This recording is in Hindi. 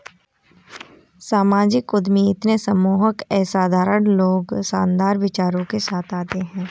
सामाजिक उद्यमी इतने सम्मोहक ये असाधारण लोग शानदार विचारों के साथ आते है